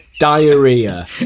diarrhea